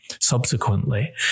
subsequently